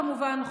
כמובן,